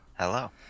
Hello